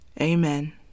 Amen